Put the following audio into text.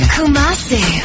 Kumasi